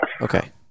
Okay